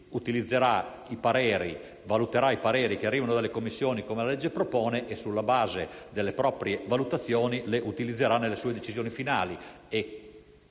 Utilizzerà e valuterà i pareri delle Commissioni, come la legge propone, e, sulla base delle proprie valutazioni, li utilizzerà nelle sue decisioni finali.